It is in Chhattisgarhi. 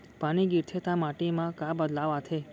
पानी गिरथे ता माटी मा का बदलाव आथे?